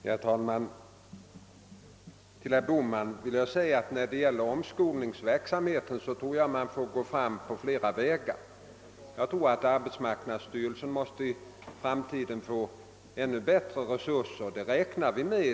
Herr talman! Till herr Bohman vill jag säga att jag vad beträffar yrkesutbildning och omskolningsverksamheten tror att man får gå fram på flera olika vägar. Jag tror att arbetsmarknadsstyrelsen måste få ännu bättre resurser i framtiden.